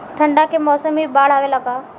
ठंडा के मौसम में भी बाढ़ आवेला का?